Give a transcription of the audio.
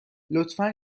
لطفا